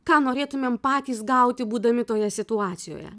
ką norėtumėm patys gauti būdami toje situacijoje